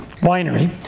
winery